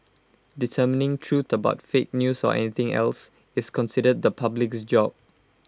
determining truth about fake news or anything else is considered the public's job